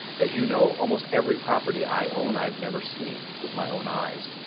as you know, almost every property i own i've never seen with my own eyes.